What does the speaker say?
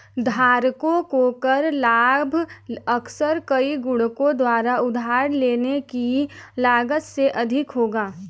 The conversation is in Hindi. धारकों को कर लाभ अक्सर कई गुणकों द्वारा उधार लेने की लागत से अधिक होगा